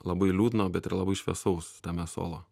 labai liūdno bet ir labai šviesaus tame solo